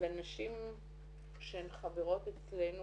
לנשים שהן חברות אצלנו